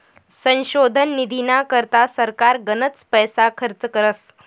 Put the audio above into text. संशोधन निधीना करता सरकार गनच पैसा खर्च करस